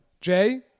Jay